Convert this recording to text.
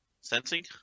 Sensing